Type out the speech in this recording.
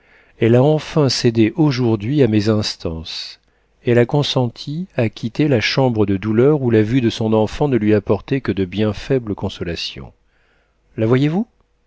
elle a enfin cédé aujourd'hui à mes instances elle a consenti à quitter la chambre de douleur où la vue de son enfant ne lui apportait que de bien faibles consolations la voyez-vous